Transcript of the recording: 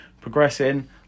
progressing